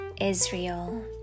Israel